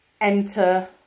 Enter